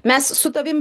mes su tavim